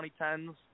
2010s